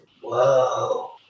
whoa